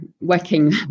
working